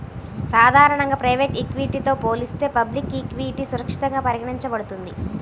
సాధారణంగా ప్రైవేట్ ఈక్విటీతో పోలిస్తే పబ్లిక్ ఈక్విటీ సురక్షితంగా పరిగణించబడుతుంది